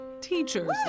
Teachers